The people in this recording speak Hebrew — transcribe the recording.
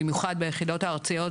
במיוחד ביחידות הארציות,